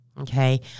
okay